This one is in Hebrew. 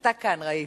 אתה כאן, ראיתי.